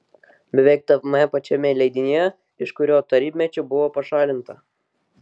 beveik tame pačiame leidinyje iš kurio tarybmečiu buvo pašalinta